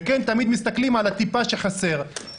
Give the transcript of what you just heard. וכן, תמיד מסתכלים על הטיפה שחסר.